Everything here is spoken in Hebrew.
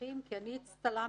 הנושא כל כך דרמטי,